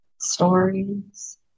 stories